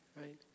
Right